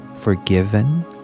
forgiven